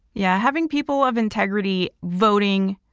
yeah. having people of integrity, voting,